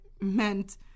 meant